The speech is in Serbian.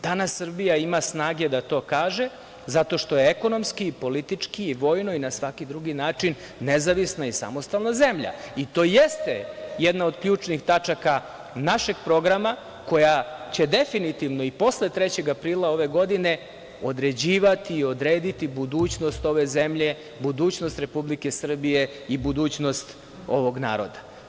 Danas Srbija ima snage da to kaže zato što je ekonomski i politički i vojno i na svaki drugi način nezavisna i samostalna zemlja i to jeste jedna od ključnih tačaka našeg programa koja će definitivno i posle 3. aprila ove godine određivati i odrediti budućnost ove zemlje, budućnost Republike Srbije i budućnost ovog naroda.